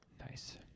Nice